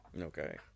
Okay